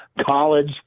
College